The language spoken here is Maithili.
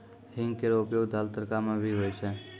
हींग केरो उपयोग दाल, तड़का म भी होय छै